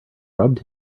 rubbed